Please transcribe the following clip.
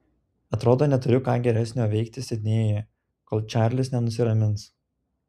atrodo neturiu ką geresnio veikti sidnėjuje kol čarlis nenusiramins